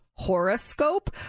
horoscope